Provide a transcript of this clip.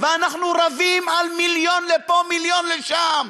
ואנחנו רבים על מיליון לפה מיליון לשם,